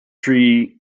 tree